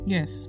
Yes